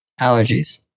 allergies